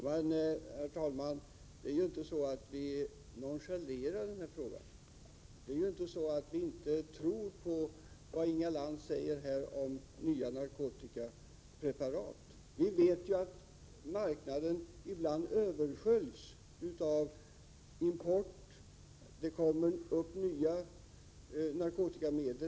Herr talman! Det är inte så att vi nonchalerar den här frågan, och det är inte så att vi inte tror på vad Inga Lantz säger om nya narkotikapreparat. Vi vet att marknaden ibland översköljs av importerade nya narkotiska medel.